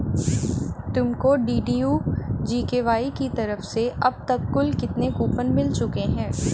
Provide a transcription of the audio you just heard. तुमको DDU GKY की तरफ से अब तक कुल कितने कूपन मिल चुके हैं?